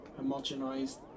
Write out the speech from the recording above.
homogenized